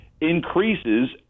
increases